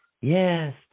Yes